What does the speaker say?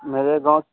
मेरे गाँव